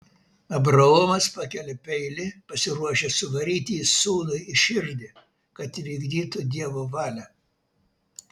abraomas pakelia peilį pasiruošęs suvaryti jį sūnui į širdį kad įvykdytų dievo valią